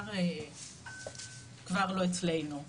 וכבר היא לא אצלנו.